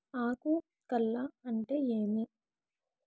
ఆకు కార్ల్ అంటే ఏమి?